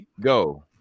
go